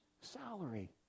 salary